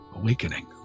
awakening